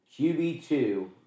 QB2